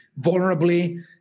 Vulnerably